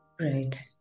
right